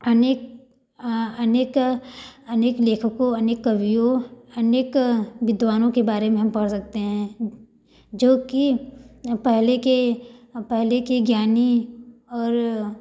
अनेक अनेक अनेक लेखकों अनेक कवियों अनेक विद्वानों के बारे में हम पढ़ सकते हैं जो कि पहले के पहले के ज्ञानी और